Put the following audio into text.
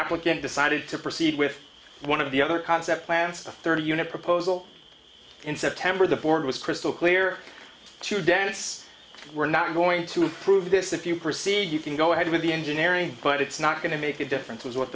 applicant decided to proceed with one of the other concept plants a thirty unit proposal in september the board was crystal clear to dance we're not going to approve this if you proceed you can go ahead with the engineering but it's not going to make a difference was what